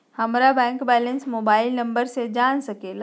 हमारा bank balance mobile number से जान सके ला?